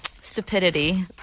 stupidity